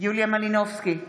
יוליה מלינובסקי קונין,